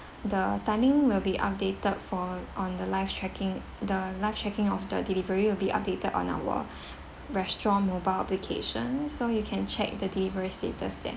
the timing will be updated for on the live tracking the live tracking of the delivery will be updated on our restaurant mobile application so you can check the delivery status there